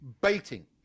baiting